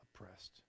oppressed